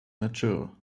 mature